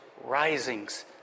risings